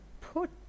put